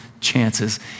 chances